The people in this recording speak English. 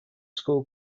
school